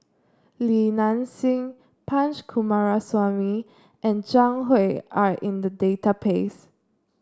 Li Nanxing Punch Coomaraswamy and Zhang Hui are in the database